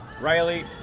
Riley